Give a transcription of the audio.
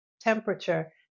temperature